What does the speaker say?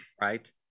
Right